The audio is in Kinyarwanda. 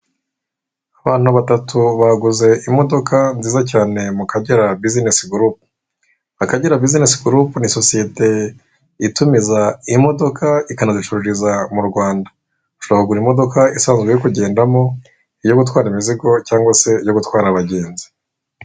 Abantu batatu baguze imodoka nziza cyane mu Kagera buzinesi gurup, Akagera buzinesi gurup ni sosiyete itumiza imodoka ikanaducururiza mu Rwanda ushobora kugura imodoka isanzwe yo kugendamo iyo gutwara imizigo cyangwa se yo gutwara abagenzi.